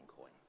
coin